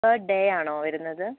per ഡേയാണോ വരുന്നത്